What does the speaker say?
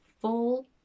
full